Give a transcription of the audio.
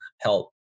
help